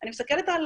אני מסתכלת על